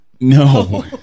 No